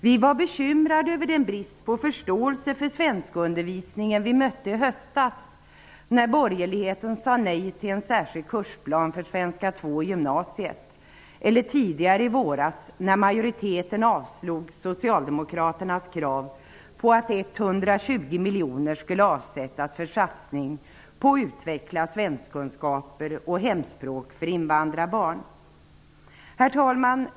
Vi var bekymrade över den brist på förståelse för svenskundervisningen som vi mötte i höstas när borgerligheten sade nej till en särskild kursplan för svenska 2 i gymnasiet eller tidigare i våras när majoriteten avslog socialdemokraternas krav på att Herr talman!